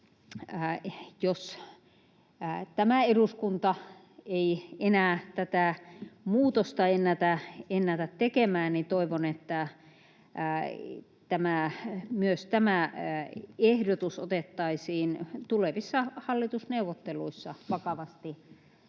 jos tämä eduskunta ei enää tätä muutosta ennätä tekemään, niin toivon, että myös tämä ehdotus otettaisiin tulevissa hallitusneuvotteluissa vakavasti